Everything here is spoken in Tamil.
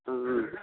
ம் ம்